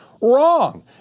Wrong